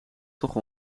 toch